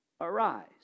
arise